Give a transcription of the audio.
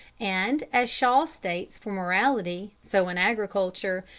and, as shaw states for morality, so in agriculture,